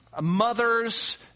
mothers